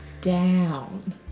down